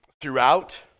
throughout